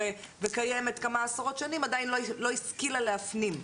וקיימת כמה עשרות שנים עדיין לא השכילה להפנים.